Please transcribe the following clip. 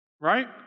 Right